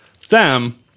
Sam